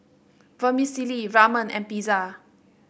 Vermicelli Ramen and Pizza